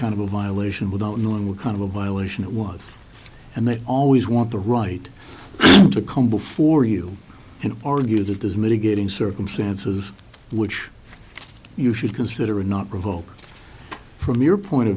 kind of a violation without knowing what kind of a violation it was and they always want the right to come before you and argue that there's mitigating circumstances which you should consider or not provoke from your point of